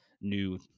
new